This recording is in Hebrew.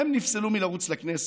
הם נפסלו מלרוץ לכנסת,